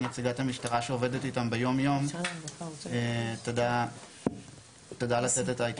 שנציגת המשטרה שעובדת איתם ביום יום תדע לתת את המענה.